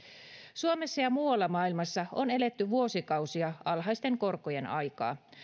suomessa ja muualla maailmassa on eletty vuosikausia alhaisten korkojen aikaa